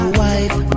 wife